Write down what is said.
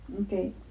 Okay